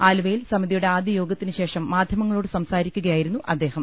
അളുവയിൽ സമിതിയുടെ ആദ്യയോഗത്തിനുശേഷം മാധ്യമങ്ങളോട് സംസാരിക്കുകയായിരുന്നു അദ്ദേഹം